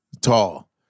Tall